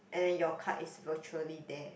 and then your card is virtually there